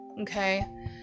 okay